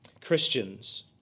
Christians